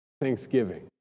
Thanksgiving